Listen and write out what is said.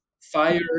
Fire